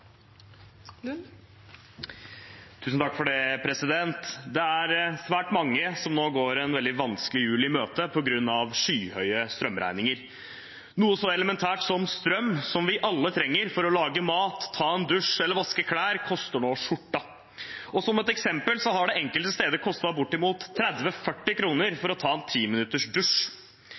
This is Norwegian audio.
Det er svært mange som nå går en veldig vanskelig jul i møte på grunn av skyhøye strømregninger. Noe så elementært som strøm, som vi alle trenger for å lage mat, ta en dusj eller vaske klær, koster nå skjorta. Som et eksempel har det enkelte steder kostet bortimot 30–40 kr for å ta